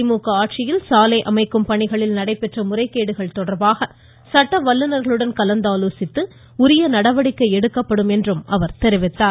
திமுக ஆட்சியில் சாலை அமைக்கும் பணிகளிலுள்ள முறைகேடுகள் தொடர்பாக சட்ட வல்லுநர்களுடன் கலந்தாலோசித்து உரிய நடவடிக்கை எடுக்கப்படும் என்றும் முதலமைச்சர் தெரிவித்தார்